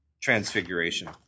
transfiguration